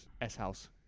S-House